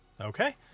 Okay